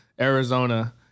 Arizona